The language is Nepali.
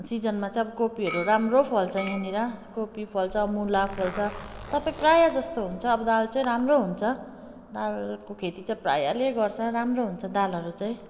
सिजनमा चाहिँ अब कोपीहरू राम्रो फल्छ यहाँनिर कोपी फल्छ मूला फल्छ सबै प्राय जस्तो हुन्छ अब दाल चाहिँ राम्रो हुन्छ दाल को खेती चाहिँ प्रायले गर्छ राम्रो हुन्छ दालहरू चाहिँ